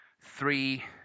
three